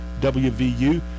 WVU